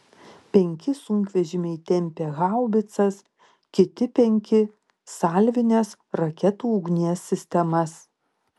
penki sunkvežimiai tempė haubicas kiti penki salvinės raketų ugnies sistemas